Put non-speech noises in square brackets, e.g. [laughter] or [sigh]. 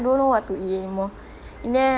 [noise]